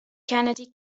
kennedy